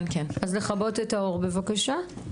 אז לכבות את האור בבקשה.